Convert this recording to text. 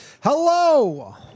Hello